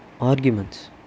arguments